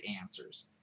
answers